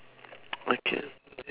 okay